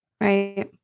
Right